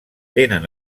tenen